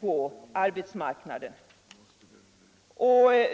på arbetsmarknaden över huvud taget.